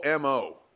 mo